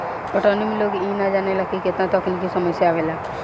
पटवनी में लोग इ ना जानेला की केतना तकनिकी समस्या आवेला